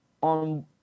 on